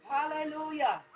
Hallelujah